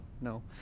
no